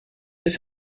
this